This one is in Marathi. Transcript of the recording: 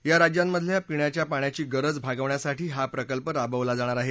या राज्यांमधील पिण्याच्या पाण्याची गरज भागवण्यासाठी हा प्रकल्प राबवला जाणार आहे